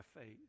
faith